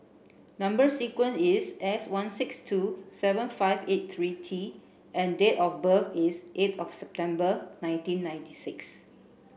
number sequence is S one six two seven five eight three T and date of birth is eighth of September nineteen ninety six